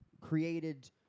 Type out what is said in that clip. created